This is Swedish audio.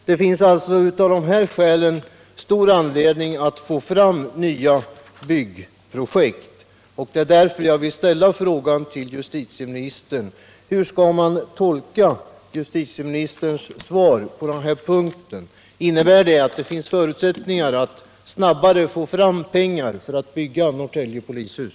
Det finns alltså av dessa skäl stor anledning att få fram nya byggprojekt, och det är därför jag vill fråga justitieministern: Hur skall man tolka justitieministerns svar på den här punkten? Innebär svaret att det finns förutsättningar att snabbare få fram pengar för att bygga Norrtälje polishus?